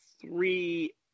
three